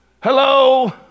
Hello